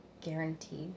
guaranteed